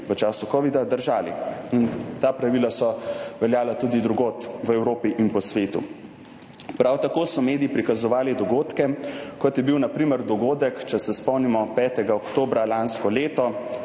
v času covida držali. Ta pravila so veljala tudi drugod v Evropi in po svetu. Prav tako so mediji prikazovali dogodke, kot je bil na primer dogodek, če se spomnimo 5. oktobra lansko leto,